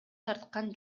тарткан